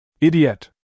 Idiot